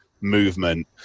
movement